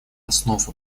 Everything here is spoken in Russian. основ